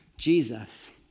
Jesus